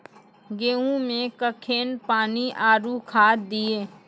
गेहूँ मे कखेन पानी आरु खाद दिये?